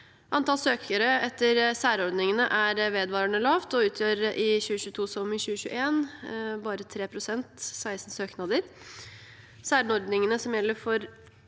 Antall søkere etter særordningene er vedvarende lavt og utgjør i 2022, som i 2021, bare 3 pst. – 16 søknader. Særordningene som gjelder for